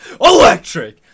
electric